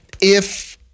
If-